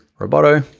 roboto.